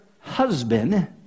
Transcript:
husband